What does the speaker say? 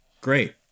Great